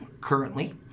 currently